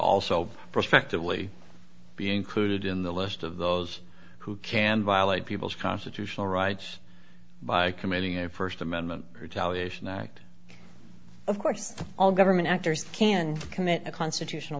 also prospectively be included in the list of those who can violate people's constitutional rights by committing a st amendment which allegation act of course all government actors can commit a constitutional